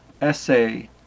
essay